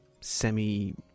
semi